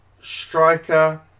striker